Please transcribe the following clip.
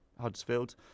Huddersfield